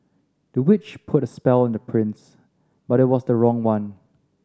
the witch put a spell on the prince but it was the wrong one